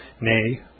nay